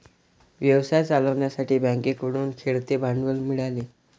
व्यवसाय चालवण्यासाठी बँकेकडून खेळते भांडवल मिळाले